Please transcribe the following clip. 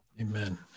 Amen